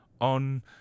on